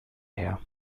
her